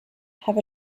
have